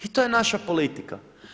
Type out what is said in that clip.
I to je naša politika.